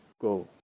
go